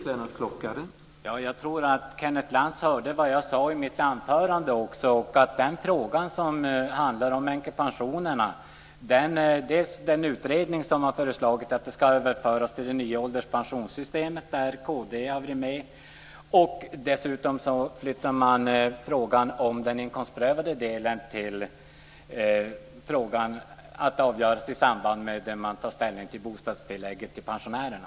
Herr talman! Jag tror att Kenneth Lantz hörde vad jag sade i mitt anförande om frågan om änkepensionerna och om den utredning som har föreslagit att de ska överföras till det nya ålderspensionssystemet. Där är kd med. Dessutom flyttar man frågan om den inkomstprövade delen så att den avgörs i samband med att man tar ställning till bostadstillägget till pensionärerna.